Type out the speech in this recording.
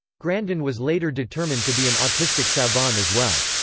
grandin was later determined to be an autistic savant as well.